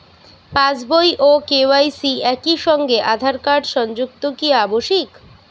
পাশ বই ও কে.ওয়াই.সি একই সঙ্গে আঁধার কার্ড সংযুক্ত কি আবশিক?